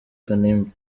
kanimba